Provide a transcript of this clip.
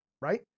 right